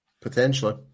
Potentially